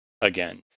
Again